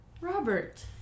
robert